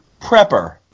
PREPPER